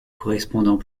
correspondant